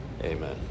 Amen